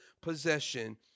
possession